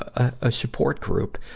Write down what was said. a, a, support group.